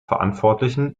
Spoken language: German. verantwortlichen